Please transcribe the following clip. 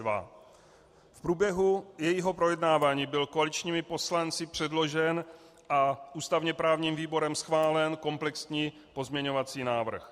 V průběhu jejího projednávání byl koaličními poslanci předložen a ústavněprávním výborem schválen komplexní pozměňovací návrh.